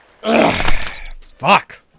Fuck